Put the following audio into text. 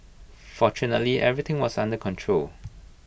fortunately everything was under control